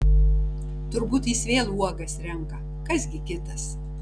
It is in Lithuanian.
turbūt jis vėl uogas renka kas gi kitas